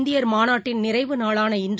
இந்தியர் மாநாட்டின் நிறைவு நாளான இன்று